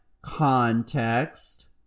context